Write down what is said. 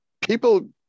people